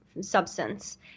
substance